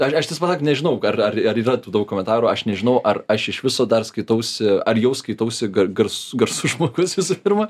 ar aš nsuprak nežinau ar ar ar yra daug komentarų aš nežinau ar aš iš viso dar skaitausi ar jau skaitausi gar gars garsus žmogus visų pirma